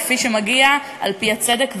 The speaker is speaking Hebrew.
כפי שמגיע על-פי הצדק והדין.